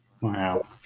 Wow